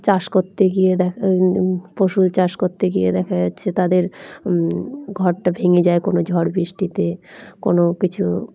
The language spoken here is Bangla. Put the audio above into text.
চাষ করতে গিয়ে দেখা পশু চাষ করতে গিয়ে দেখা যাচ্ছে তাদের ঘরটা ভেঙে যায় কোনো ঝড় বৃষ্টিতে কোনো কিছু